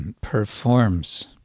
Performs